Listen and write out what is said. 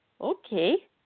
okay